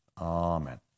Amen